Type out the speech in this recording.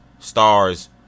stars